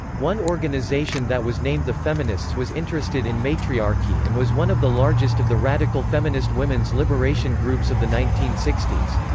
one organization that was named the feminists was interested in matriarchy and was one of the largest of the radical feminist women's liberation groups of the nineteen sixty s.